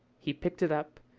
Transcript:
he picked it up,